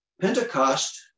Pentecost